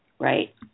right